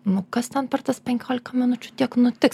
nu kas ten per tas penkiolika minučių tiek nutiks